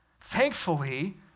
Thankfully